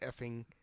effing